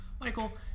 Michael